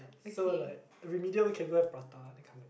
so like remedial can go there Prata that kind of